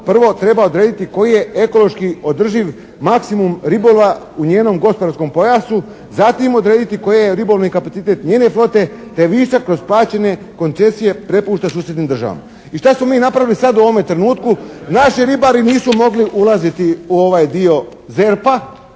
prvo treba odrediti koji je ekološki održiv maksimum ribolova u njenom gospodarskom pojasu, zatim odrediti koji je ribolovni kapacitet njene flote te višak kroz plaćene koncensije prepušta susjednim državama. I šta smo mi napravili sad u ovome trenutku? Naši ribari nisu mogli ulaziti u ovaj dio ZERP-a